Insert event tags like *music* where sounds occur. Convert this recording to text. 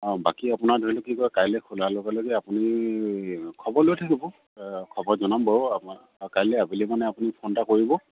অঁ বাকী আপোনাৰ ধৰি লওক কি কয় কাইলে খোলাৰ লগে লগে আপুনি খবৰ লৈ থাকিব খবৰ জনাম বাৰু *unintelligible* কাইলে আবেলি মানে আপুনি ফোন এটা কৰিব